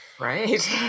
Right